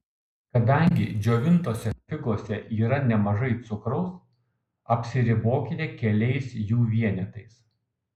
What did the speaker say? kadangi džiovintose figose yra nemažai cukraus apsiribokite keliais jų vienetais